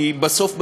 כי בסוף,